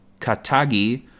Katagi